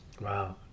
Wow